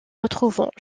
retrouvons